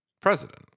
president